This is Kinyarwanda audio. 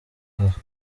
aha